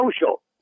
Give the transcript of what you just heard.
social